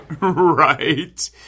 Right